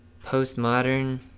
postmodern